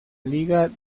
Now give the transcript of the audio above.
liga